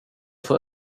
för